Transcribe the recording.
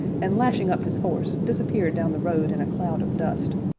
and, lashing up his horse, disappeared down the road in a cloud of dust.